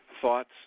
thoughts